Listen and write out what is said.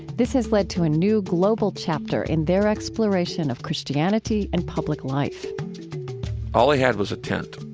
this has led to a new, global chapter in their exploration of christianity and public life all i had was a tent.